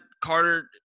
Carter